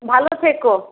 ভালো থেকো